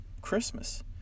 Christmas